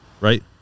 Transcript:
right